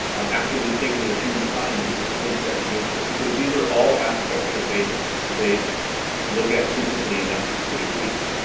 um after they've taken it a few times, it becomes second nature because these are all aspects that they that they look at frequently in that six to eight weeks.